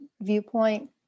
viewpoint